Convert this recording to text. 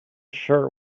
shirt